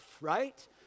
right